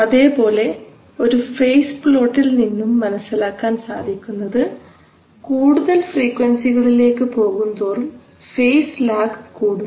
അതേപോലെ ഒരു ഫേസ് പ്ലോട്ടിൽ നിന്നും മനസ്സിലാക്കാൻ സാധിക്കുന്നത് കൂടുതൽ ഫ്രീക്വൻസികളിലേക്ക് പോകുന്തോറും ഫേസ് ലാഗ് കൂടുന്നു